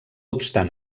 obstant